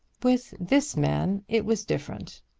with this man it was different.